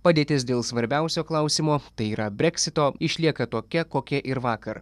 padėtis dėl svarbiausio klausimo tai yra breksito išlieka tokia kokia ir vakar